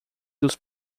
dos